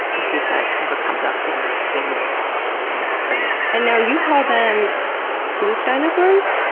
in case that ever comes up in a game of pelican trivia. and now you call them floof dinosaurs,